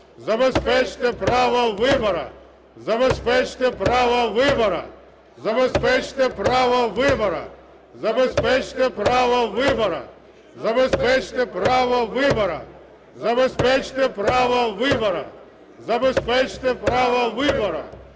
Забезпечте право вибору!